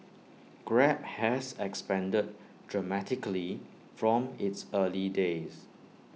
grab has expanded dramatically from its early days